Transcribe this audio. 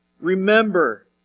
remember